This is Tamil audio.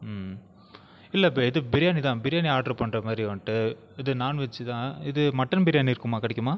இல்லை இப்போ இது பிரியாணிதான் பிரியாணி ஆர்டர் பண்ணற மாதிரி வந்துட்டு இது நான்வெஜ்தான் இது மட்டன் பிரியாணி இருக்குமா கிடைக்குமா